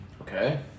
Okay